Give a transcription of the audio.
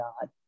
God